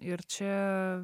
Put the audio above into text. ir čia